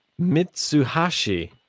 mitsuhashi